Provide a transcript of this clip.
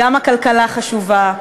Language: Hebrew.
גם הכלכלה חשובה,